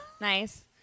Nice